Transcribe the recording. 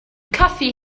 coffee